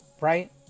right